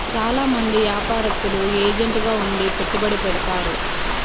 చాలా మంది యాపారత్తులు ఏజెంట్ గా ఉండి పెట్టుబడి పెడతారు